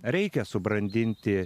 reikia subrandinti